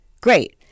great